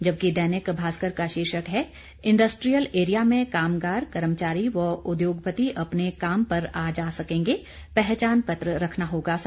जबकि दैनिक भास्कर का शीर्षक है इंडस्ट्रीयल एरिया में कामगार कर्मचारी व उद्योगपति अपने काम पर आ जा सकेंगे पहचान पत्र रखना होगा साथ